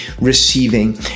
receiving